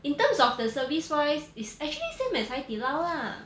in terms of the service wise it's actually same as 海底捞 ah